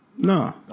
No